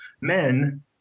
men